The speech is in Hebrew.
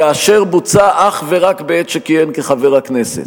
ואשר בוצעה אך ורק בעת שכיהן כחבר הכנסת.